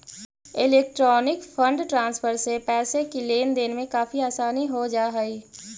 electronic fund transfer से पैसे की लेन देन में काफी आसानी हो जा हई